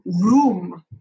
room